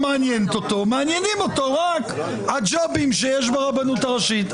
מעניינים אותו רק הג'ובים שיש ברבנות הראשית.